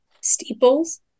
Steeples